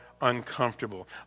uncomfortable